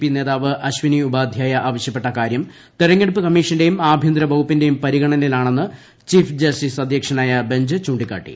P നേതാവ് അശ്വനി ഉപാധ്യായ ആവശ്യപ്പെട്ട കാര്യം തെരെഞ്ഞെടുപ്പ് കമ്മീഷന്റെയും ആഭ്യന്തര വകുപ്പിന്റെയും പരിഗണനയിലാണെന്ന ചീഫ് ജസ്റ്റിസ് അധ്യക്ഷനായ ബഞ്ച് ചൂണ്ടിക്കാട്ടി